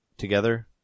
Together